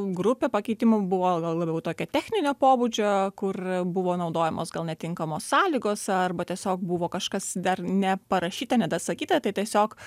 grupė pakeitimų buvo la labiau tokio techninio pobūdžio kur buvo naudojamos gal netinkamos sąlygos arba tiesiog buvo kažkas dar neparašyta nedasakyta tai tiesiog